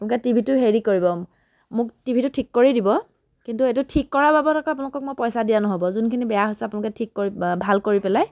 আপোনালোকে টিভিটো হেৰি কৰিব মোক টিভিটো ঠিক কৰি দিব কিন্তু এইটো ঠিক কৰাৰ বাবদ আকৌ আপোনালোকক মই পইচা দিয়া নহ'ব যোনখিনি বেয়া হৈছে আপোনালোকে ঠিক কৰি ভাল কৰি পেলাই